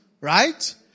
right